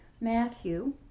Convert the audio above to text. Matthew